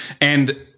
And-